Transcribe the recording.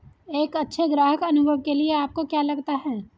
एक अच्छे ग्राहक अनुभव के लिए आपको क्या लगता है?